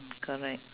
correct